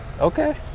okay